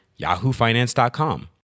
yahoofinance.com